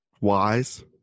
wise